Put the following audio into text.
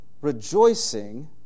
rejoicing